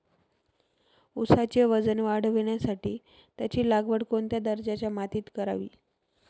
ऊसाचे वजन वाढवण्यासाठी त्याची लागवड कोणत्या दर्जाच्या मातीत करावी?